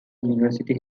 university